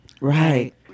Right